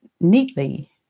neatly